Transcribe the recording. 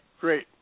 great